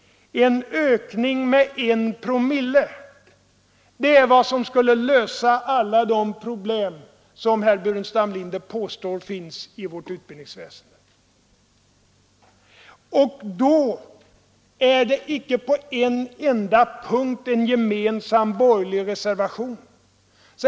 En ökning med 1 promille är alltså vad som skulle lösa alla de problem som herr Burenstam Linder påstår finns i vårt utbildningsväsende. Det finns inte på en enda punkt en gemensam borgerlig reservation.